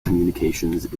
communications